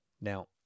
Now